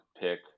pick